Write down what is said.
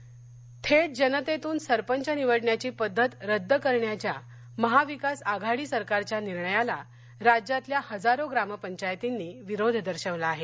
सुरपंच निवडणक थेट जनतेतून सरपंच निवडण्याची पद्धत रद्द करण्याच्या महाविकास आघाडी सरकारच्या निर्णयाला राज्यातल्या हजारो ग्रामपंचायतींनी विरोध दर्शवला आहे